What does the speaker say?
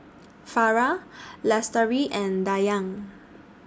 Farah Lestari and Dayang